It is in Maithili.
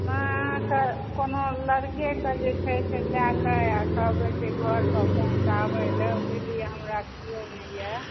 अहाँ कोनो लड़केके जे छै लए कऽ कहबै जे घर पर पहुँचाबैला बुझलियै हमरा किओ नहि यऽ